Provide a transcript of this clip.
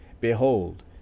behold